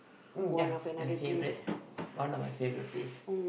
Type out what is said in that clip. mm ya my favourite one of my favourite place